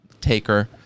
taker